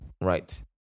right